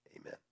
Amen